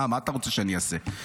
מה אתה רוצה שאני אעשה?